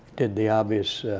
did the obvious